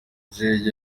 jay